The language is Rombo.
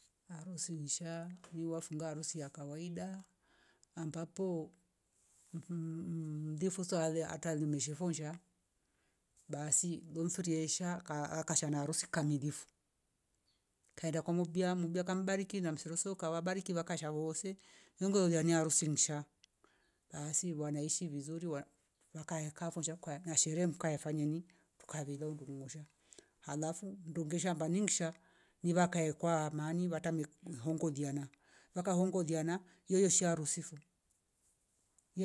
Harusi insha liwafunga harusi ya kawaida ambapo mhh mm- mmndifosa alia ata limeshe vonja basi lo ifureesha ka akashana harusi kamilifu kaenda kwa mobia ubia kambariki na msero kawabariki vakasha woose hungwe ulania harusi nsha basi wanaishi vizuri wa- wakaya kavusha kwaya na hserehe mkaya fanya ni tukalilo ndungusha alafu ndungesha baningsha nivakae kwaa amani vatem mek gwihongoliana wakahongoliana yewu sha harusi fo